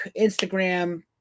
instagram